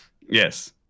Yes